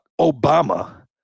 Obama